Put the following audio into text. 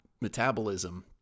metabolism